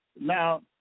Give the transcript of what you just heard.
Now